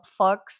fucks